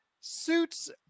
Suits